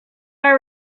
our